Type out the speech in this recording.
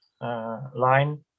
line